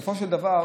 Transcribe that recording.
בסופו של דבר,